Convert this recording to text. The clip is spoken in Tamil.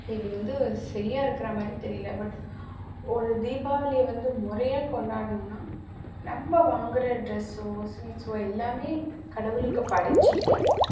இது வந்து சரியா இருக்குற மாதிரி தெரியல பட் ஒரு தீபாவளியை வந்து முறையா கொண்டாடணுன்னா நம்ம வாங்குகிற ட்ரெஸ்ஸோ ஸ்வீட்ஸோ எல்லாமே கடவுளுக்கு படைச்சுட்டு